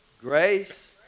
Grace